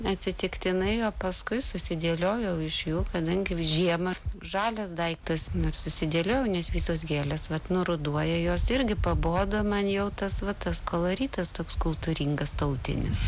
atsitiktinai o paskui susidėliojau iš jų kadangi žiemą žalias daiktas ir susidėliojau nes visos gėlės vat nuruduoja jos irgi pabodo man jau tas va tas koloritas toks kultūringas tautinis